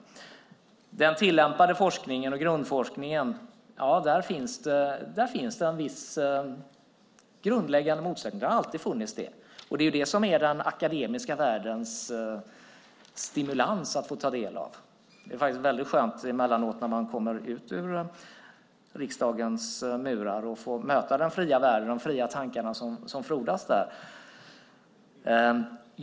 Inom den tillämpade forskningen och grundforskningen finns det en viss grundläggande motsättning och har alltid funnits, och det är den som är den akademiska världens stimulans att få ta del av. Det är faktiskt väldigt skönt, när man emellanåt kommer utanför riksdagens murar, att få möta den fria världen och de fria tankarna som frodas där.